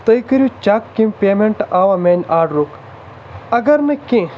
تُہۍ کٔرِو چَک کِم پیمٮ۪نٛٹ آوا میٛانہِ آڈرُک اگر نہٕ کینٛہہ